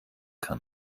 kann